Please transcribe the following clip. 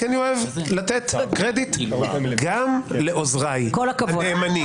כי אני אוהב לתת קרדיט גם לעוזריי הנאמנים.